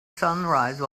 sunrise